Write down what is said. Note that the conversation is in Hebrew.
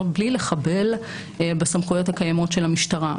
בלי לחבל בסמכויות הקיימות של המשטרה.